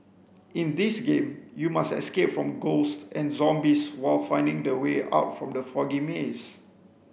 in this game you must escape from ghosts and zombies while finding the way out from the foggy maze